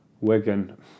Wigan